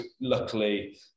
luckily